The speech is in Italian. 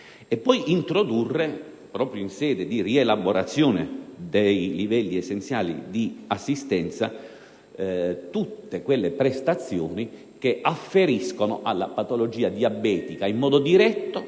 devono introdurre in sede di rielaborazione dei livelli essenziali di assistenza tutte quelle prestazioni che afferiscono alla patologia diabetica in modo diretto,